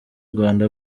rwanda